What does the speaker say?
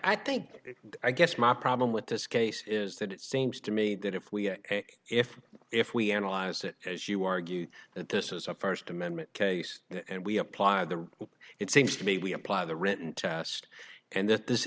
i think i guess my problem with this case is that it seems to me that if we if if we analyze it as you argue that this is a first amendment case and we apply the it seems to me we apply the written test and that this